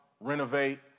renovate